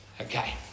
Okay